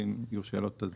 ואם יהיו שאלות אז